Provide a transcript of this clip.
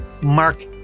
Mark